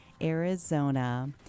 Arizona